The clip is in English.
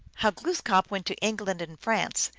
how glooskap went to england and france,